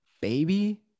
baby